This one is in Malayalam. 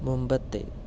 മുമ്പത്തെ